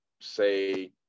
say